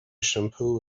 shampoo